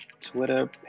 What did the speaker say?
Twitter